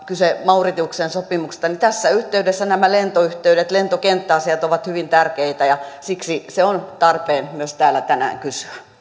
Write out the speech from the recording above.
kyse mauritiuksen sopimuksesta tässä yhteydessä nämä lentoyhteydet ja lentokenttäasiat ovat hyvin tärkeitä siksi sitä on tarpeen myös täällä tänään